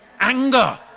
anger